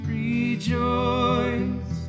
rejoice